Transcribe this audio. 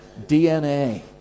DNA